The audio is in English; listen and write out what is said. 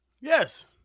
Yes